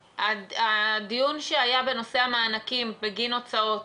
הדיון שהיה בנושא המענקים בגין הוצאות